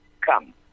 come